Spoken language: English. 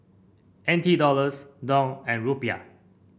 N T Dollars Dong and Rupiah